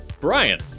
brian